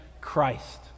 Christ